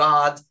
God